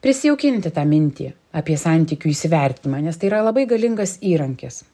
prisijaukinti tą mintį apie santykių įsivertinimą nes tai yra labai galingas įrankis